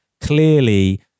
clearly